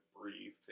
breathe